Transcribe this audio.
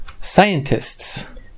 scientists